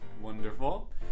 wonderful